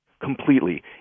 Completely